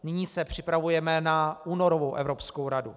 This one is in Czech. Nyní se připravujeme na únorovou Evropskou radu.